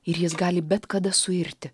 ir jis gali bet kada suirti